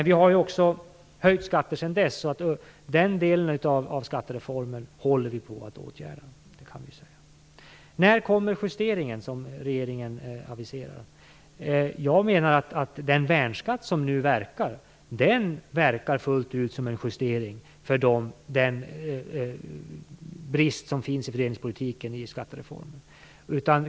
Vi har ju också höjt skatter sedan dess, så den delen av skattereformen håller vi på att åtgärda, det kan vi säga. På frågan om när den justering som regeringen aviserar kommer, vill jag säga att jag menar att den värnskatt som nu verkar, verkar fullt ut som en justering av den brist som finns i fördelningspolitiken i skattereformen.